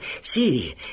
See